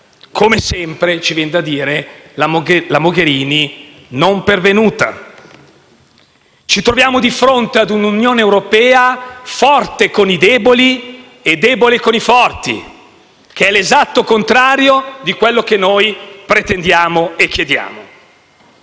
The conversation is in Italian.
Come sempre, ci viene da dire, la Mogherini "non pervenuta". Ci troviamo di fronte a una Unione europea forte con i deboli e debole con i forti, che è l'esatto contrario di quello che noi pretendiamo e chiediamo.